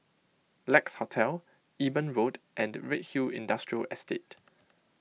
Lex Hotel Eben Road and Redhill Industrial Estate